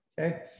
okay